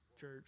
church